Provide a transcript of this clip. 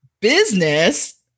business